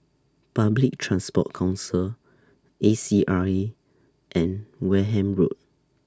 Public Transport Council A C R A and Wareham Road